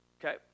okay